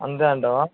అంతే అంటావా